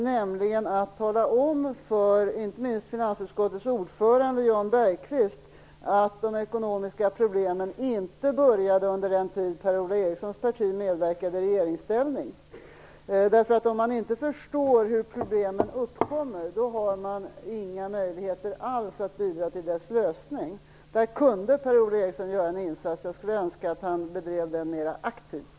Han kunde nämligen inte minst för finansutskottets ordförande Jan Bergqvist tala om att de ekonomiska problemen inte började under den tid då Per-Ola Erikssons parti medverkade i regeringsställning. Om man inte förstår hur problem uppkommer har man inga möjligheter alls att bidra till en lösning. Där kunde Per-Ola Eriksson göra en insats, och jag skulle önska att han bedrev ett sådant arbete mera aktivt.